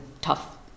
tough